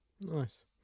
nice